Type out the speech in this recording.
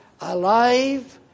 alive